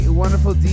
wonderful